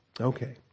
Okay